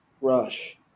Rush